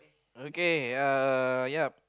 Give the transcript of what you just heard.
okay uh yup